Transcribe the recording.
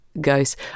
ghosts